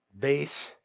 base